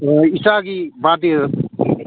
ꯍꯣꯏ ꯏꯆꯥꯒꯤ ꯕꯥꯔꯗꯦꯒꯤꯅꯦ